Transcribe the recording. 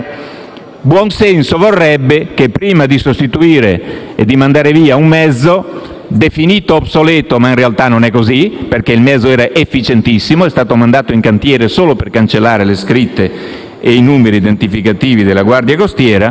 Buon senso vorrebbe che prima di sostituire e di mandare via un mezzo - definito obsoleto mentre in realtà non è così, perché il mezzo era efficientissimo ed è stato mandato in cantiere solo per cancellare le scritte e i numeri identificativi della Guardia costiera